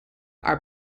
are